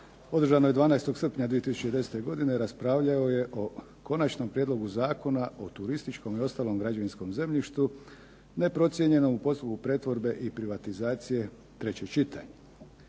održanoj 12. srpnja 2010. godine raspravljao je o Konačnom prijedlogu Zakona o turističkom i ostalom građevinskom zemljištu neprocijenjenom u postupku pretvorbe i privatizacije, treće čitanje.